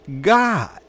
God